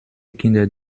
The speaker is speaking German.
kinder